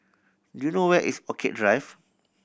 do you know where is Orchid Drive